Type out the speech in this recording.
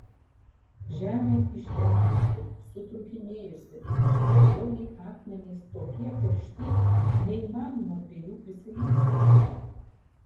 žemė išdegusi sutrūkinėjusi aštriabriauniai akmenys tokie karšti neįmanoma prie jų prisiliesti